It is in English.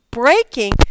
breaking